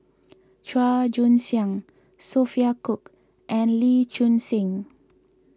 Chua Joon Siang Sophia Cooke and Lee Choon Seng